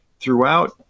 throughout